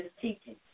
teaching